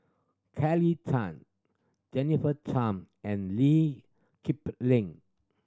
Kelly Tang Jennifer Tham and Lee Kip Lin